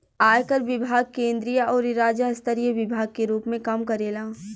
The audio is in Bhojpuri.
आयकर विभाग केंद्रीय अउरी राज्य स्तरीय विभाग के रूप में काम करेला